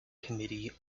committee